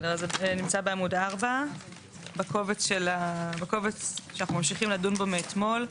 זה נמצא בעמוד 4 בקובץ שאנחנו ממשיכים לדון בו מאתמול,